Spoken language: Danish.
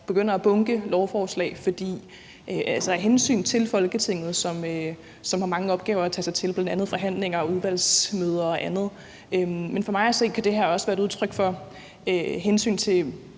begynder at bunke lovforslag sammen, altså af hensyn til Folketinget, som har mange opgaver at tage sig af, bl.a. forhandlinger og udvalgsmøder og andet. Men for mig at se kan det her jo også være et udtryk for hensyn til